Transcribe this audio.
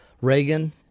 Reagan